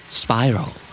spiral